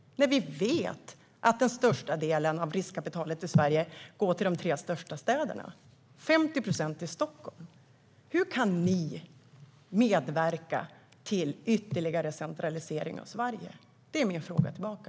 Det gör ni när vi vet att den största delen av riskkapitalet i Sverige går till de tre största städerna. 50 procent går till Stockholm. Hur kan ni medverka till ytterligare centralisering av Sverige? Det är min fråga tillbaka.